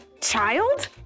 child